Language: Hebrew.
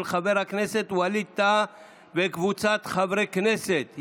של חבר הכנסת ווליד טאהא וקבוצת חברי הכנסת.